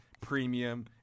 premium